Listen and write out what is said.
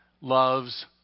loves